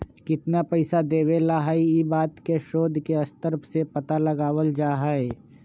कितना पैसा देवे ला हई ई बात के शोद के स्तर से पता लगावल जा हई